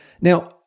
Now